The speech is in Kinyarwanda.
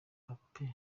mbappe